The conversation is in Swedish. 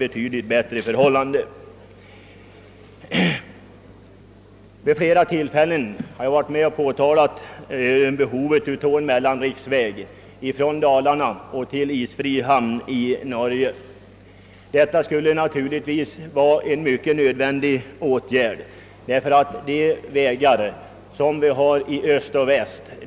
Jag har i olika sammanhang pekat på behovet av en mellanriksväg från Dalarna till isfri hamn i Norge; en sådan är i högsta grad nödvändig på grund av att de vägar som finns i öster och väster